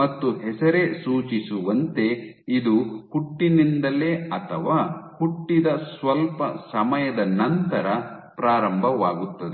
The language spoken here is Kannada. ಮತ್ತು ಹೆಸರೇ ಸೂಚಿಸುವಂತೆ ಇದು ಹುಟ್ಟಿನಿಂದಲೇ ಅಥವಾ ಹುಟ್ಟಿದ ಸ್ವಲ್ಪ ಸಮಯದ ನಂತರ ಪ್ರಾರಂಭವಾಗುತ್ತದೆ